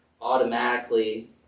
automatically